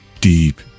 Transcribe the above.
deep